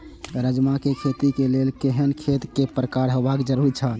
राजमा के खेती के लेल केहेन खेत केय प्रकार होबाक जरुरी छल?